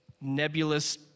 nebulous